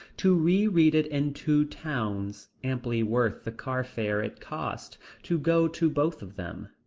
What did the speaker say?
to reread it in two towns, amply worth the car fare it costs to go to both of them.